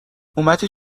اومدی